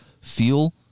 feel